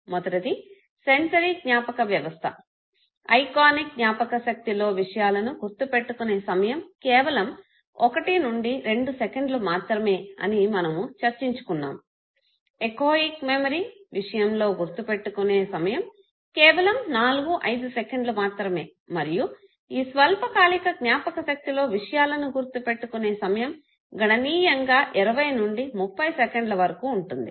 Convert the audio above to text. మొదటిది సెన్సరి జ్ఞాపక వ్యవస్థ ఐకానిక్ జ్ఞాపకశక్తి లో విషయాలను గుర్తు పెట్టుకునే సమయం కేవలం 1 2 సెకండ్లు మాత్రమే అని మనము చర్చించుకున్నాము ఎకోయిక్ మెమరీ విషయంలో గుర్తు పెట్టుకునే సమయం కేవలం 4 5 సెకండ్లు మాత్రమే మరియు ఈ స్వల్పకాలిక జ్ఞాపకశక్తిలో విషయాలను గుర్తు పెట్టుకునే సమయం గణనీయంగా 20 నుండి 30 సెకండ్ల వరకు ఉంటుంది